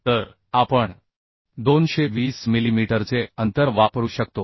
तर आपण 220 मिलीमीटरचे अंतर वापरू शकतो